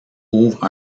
ouvre